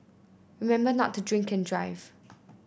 remember not to drink and drive